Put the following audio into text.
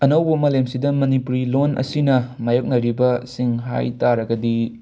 ꯑꯅꯧꯕ ꯃꯥꯂꯦꯝꯁꯤꯗ ꯃꯅꯤꯄꯨꯔꯤ ꯂꯣꯟ ꯑꯁꯤꯅ ꯃꯥꯌꯣꯛꯅꯔꯤꯕꯁꯤꯡ ꯍꯥꯏꯇꯥꯔꯒꯗꯤ